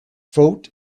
vote